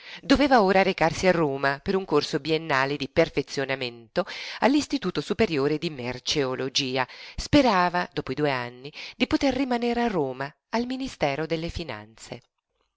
doveva ora recarsi a roma per un corso biennale di perfezionamento all'istituto superiore di merceologia sperava dopo i due anni di poter rimanere a roma al ministero delle finanze